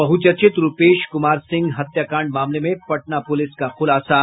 बहुचर्चित रूपेश कुमार सिंह हत्याकांड मामले में पटना पुलिस का खुलासा